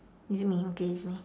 is it me okay it's me